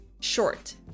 short